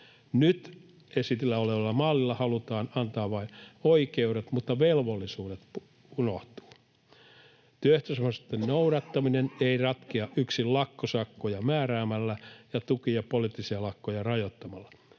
Nyt esillä olevalla mallilla halutaan antaa vain oikeudet, mutta velvollisuudet unohtuvat. Työehtosopimusten noudattaminen ei ratkea yksin lakkosakkoja määräämällä ja tuki- ja poliittisia lakkoja rajoittamalla.